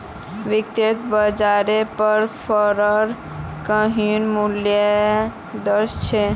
वित्तयेत बाजारेर पर फरक किन्ही मूल्योंक दर्शा छे